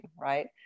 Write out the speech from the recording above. right